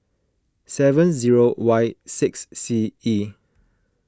seven zero Y six C E